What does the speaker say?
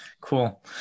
Cool